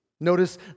Notice